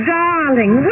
darling